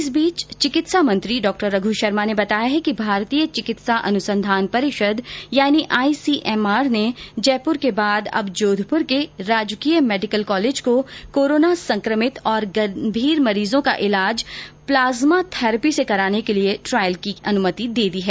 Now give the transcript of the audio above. इस बीच चिकित्सा मंत्री डॉ रघ् शर्मा ने बताया कि भारतीय चिकित्सा अनुसंधान परिषद यानि आईसीएमआर ने जयपुर के बाद अब जोधपुर के राजकीय मेडिकल कॉलेज को कर्कारोना संक्रमित और गंभीर मरीजों का ईलाज प्लाजा थैरेपी से करने के लिए ट्रायल की अनुमति दे दी है